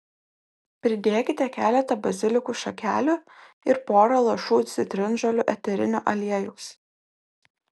pridėkite keletą bazilikų šakelių ir pora lašų citrinžolių eterinio aliejaus